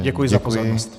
Děkuji za pozornost.